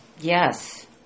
Yes